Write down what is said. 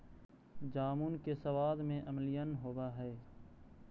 जामुन के सबाद में अम्लीयन होब हई